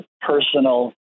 personal